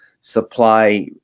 supply